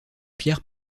pierre